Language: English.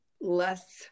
less